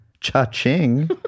Cha-ching